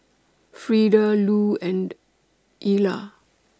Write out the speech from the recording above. Frieda Lou and Ilah